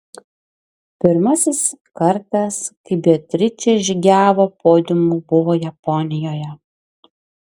pirmasis kartas kai beatričė žygiavo podiumu buvo japonijoje